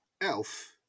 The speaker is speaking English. Elf